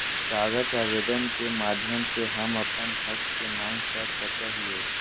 कागज आवेदन के माध्यम से हम अपन हक के मांग कर सकय हियय